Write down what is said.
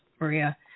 Maria